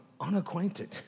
unacquainted